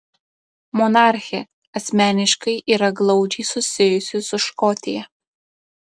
monarchė asmeniškai yra glaudžiai susijusi su škotija